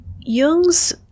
Jung's